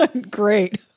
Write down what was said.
Great